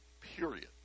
period